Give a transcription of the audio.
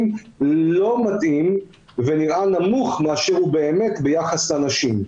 הוא לא מתאים ונראה נמוך מאשר הוא באמת ביחס לנשים,